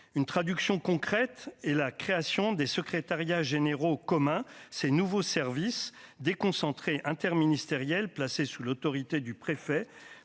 une traduction concrète et la création des secrétariats généraux communs, ces nouveaux services déconcentrés interministérielle placée sous l'autorité du préfet,